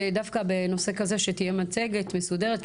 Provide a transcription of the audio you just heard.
דווקא בנושא כזה שתהייה מצגת מסודרת,